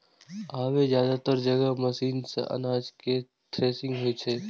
आब जादेतर जगह मशीने सं अनाज केर थ्रेसिंग होइ छै